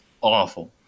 awful